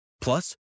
Plus